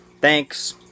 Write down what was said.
Thanks